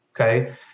okay